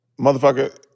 motherfucker